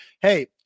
hey